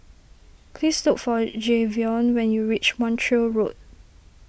please look for Jayvion when you reach Montreal Road